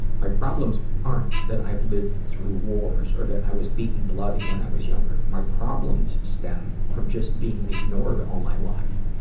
my problems aren't that i've lived through wars or that i was beaten bloody when i was younger. my problems stem from just being ignored all my life.